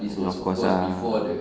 oh of course ah